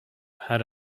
had